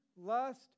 lust